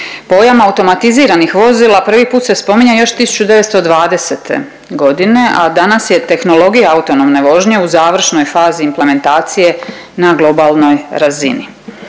Pojam automatiziranih vozila prvi put se spominje još 1920. godine, a danas je tehnologija autonomne vožnje u završnoj fazi implementacije na globalnoj razini.